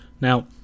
Now